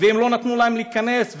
ולא נתנו להם להיכנס,